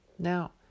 Now